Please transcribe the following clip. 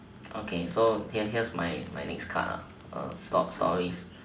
okay so here here's my next card ah stop stories